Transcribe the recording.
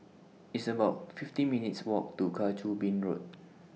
It's about fifty minutes' Walk to Kang Choo Bin Road